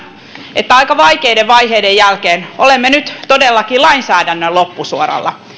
että aika vaikeiden vaiheiden jälkeen olemme nyt todellakin lainsäädännön loppusuoralla